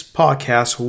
podcast